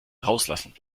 rauslassen